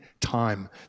time